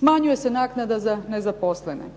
smanjuje se naknada za nezaposlene.